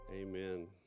Amen